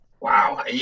Wow